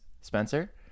Spencer